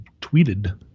tweeted